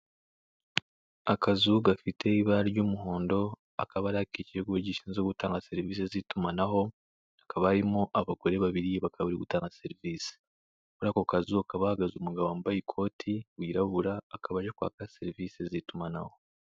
Akazu gafite ibara ry'umuhondo, akaba ari ak'ikigo gishinzwe gutanga serivisi z'itumanaho, hakaba harimo abagore babiri bakaba bari gutanga serivisi. Muri ako kazu hakaba hahagaze umugabo wambaye ikoti wirabura, akaba aje kwaka serivisi z'itumanaho.